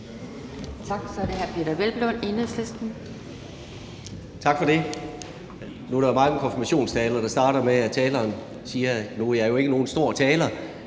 Tak for det. Nu er der mange konfirmationstaler, der starter med, at taleren siger, at nu er jeg jo ikke nogen stor taler.